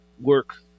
work